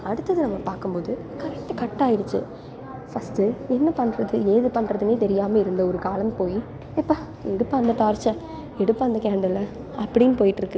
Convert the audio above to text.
அடுத்தது நம்ம பார்க்கும் போது கரண்ட்டு கட் ஆகிருச்சு ஃபர்ஸ்ட்டு என்ன பண்ணுறது ஏது பண்ணுறதுன்னே தெரியாமல் இருந்த ஒரு காலம் போய் எப்பா எடுப்பா அந்த டார்ச்சை எடுப்பா அந்த கேண்டிலை அப்படின்னு போய்ட்ருக்கு